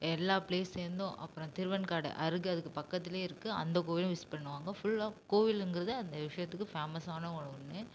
எல்லா ப்ளேஸ்லேர்ந்தும் அப்புறம் திருவெண்காடு அருகு அதுக்கு பக்கத்துலையே இருக்கு அந்தக் கோயிலும் விசிட் பண்ணுவாங்க ஃபுல்லாக கோவிலுங்கிறது அந்த விஷயத்துக்கு ஃபேமஸ்ஸான ஒரு ஒன்று